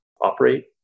operate